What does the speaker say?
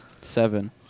Seven